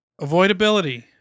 Avoidability